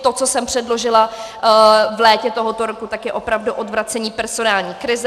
To, co jsem předložila v létě tohoto roku, je opravdu odvracení personální krize.